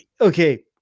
okay